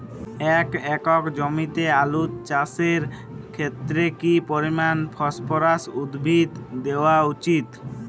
এক একর জমিতে আলু চাষের ক্ষেত্রে কি পরিমাণ ফসফরাস উদ্ভিদ দেওয়া উচিৎ?